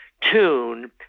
tune